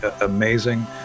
amazing